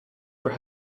for